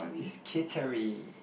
it's Kittery